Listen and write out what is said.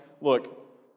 look